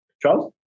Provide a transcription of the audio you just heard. Charles